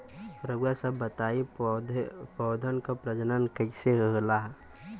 रउआ सभ बताई पौधन क प्रजनन कईसे होला?